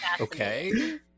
Okay